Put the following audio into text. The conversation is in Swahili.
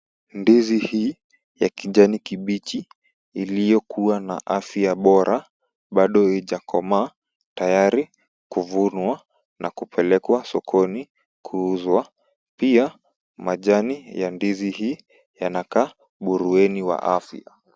Ndizi hii ya kijani kibichi iliyokuwa na afya bora bado haijakomaa tayari kuvunwa na kupelekwa sokoni kuuzwa. Pia majani ya ndizi hii yanakaa burueni wa afya.